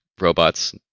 robots